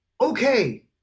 okay